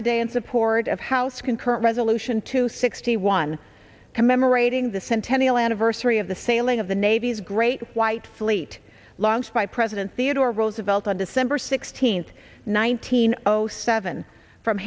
today in support of house concurrent resolution two sixty one commemorating the centennial anniversary of the sailing of the navy's great white fleet launched by president theodore roosevelt on december sixteenth nineteen ost seven from